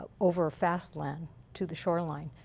over fast land to the shoreline,